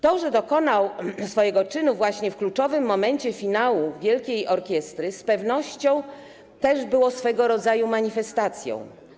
To, że dokonał swojego czynu właśnie w kluczowym momencie, podczas finału wielkiej orkiestry, z pewnością też było swego rodzaju manifestacją.